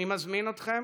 אני מזמין אתכם